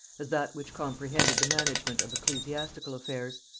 as that which comprehended the management of ecclesiastical affairs.